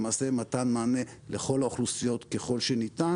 למעשה מתן מענה לכל האוכלוסיות ככל שניתן